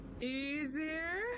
easier